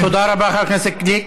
תודה רבה, חבר הכנסת גליק.